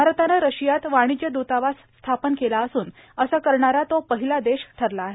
भारतानं रशियात वाणिज्य दूतावास स्थापन केला असून असं करणारा तो पहिला देश ठरला आहे